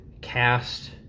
cast